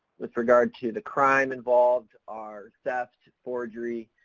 with regard to the crime involved are theft, forgery,